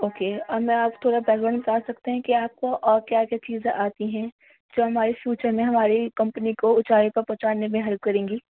okay اب میں آپ تھوڑا بیک گراؤنڈ بتا سکتے ہیں کہ آپ کو اور کیا کیا چیزیں آتی ہیں جو ہماری فیوچر میں ہماری کمپنی کو اونچائی پر پہنچانے میں ہیلپ کریں گی